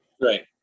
Right